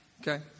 Okay